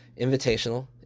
Invitational